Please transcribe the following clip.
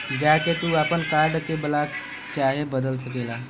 जा के तू आपन कार्ड के ब्लाक चाहे बदल सकेला